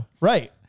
right